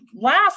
last